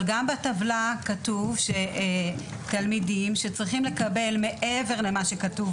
אבל גם בטבלה כתוב שתלמידים שצריכים לקבל מעבר למה שכתוב